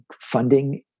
funding